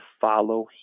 follow